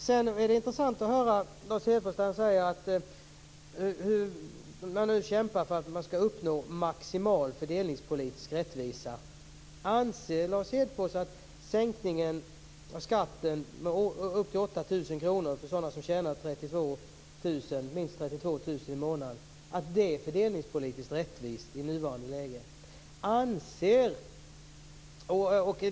Det var intressant att höra Lars Hedfors tala om hur man nu kämpar för att uppnå maximal fördelningspolitisk rättvisa. 32 000 kr i månaden är fördelningspolitiskt rättvis i nuvarande läge?